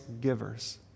givers